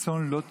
הצאן לא תִרעו.